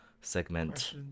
segment